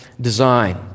design